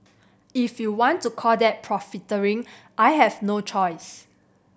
if you want to call that profiteering I have no choice